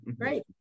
great